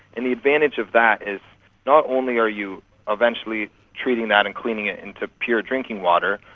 and the advantage of that is not only are you eventually treating that and cleaning it into pure drinking water,